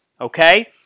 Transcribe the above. okay